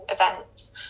events